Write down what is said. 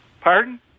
Pardon